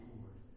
Lord